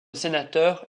sénateur